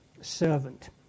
servant